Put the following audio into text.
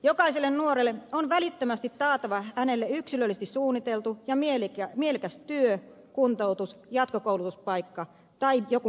jokaiselle nuorelle on välittömästi taattava hänelle yksilöllisesti suunniteltu ja mielekäs työ kuntoutus jatkokoulutuspaikka tai joku muu tukitoimi